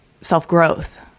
self-growth